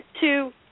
two